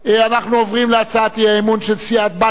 אנחנו עוברים להצעת האי-אמון של סיעת בל"ד,